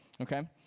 okay